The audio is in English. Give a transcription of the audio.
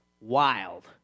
wild